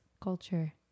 culture